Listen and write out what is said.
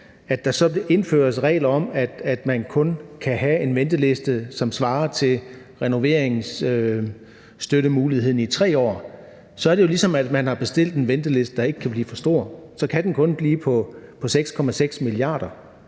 at der indføres regler om, at man kun kan have en venteliste, som svarer til renoveringsstøttemuligheden i 3 år, så er det jo, ligesom om man har bestilt en venteliste, der ikke kan blive for stor. Så kan den kun blive på 6,6 mia. kr.